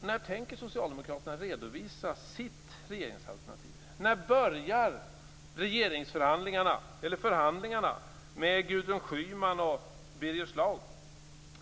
När tänker socialdemokraterna redovisa sitt regeringsalternativ? När börjar förhandlingarna med Gudrun Schyman och Birger Schlaug?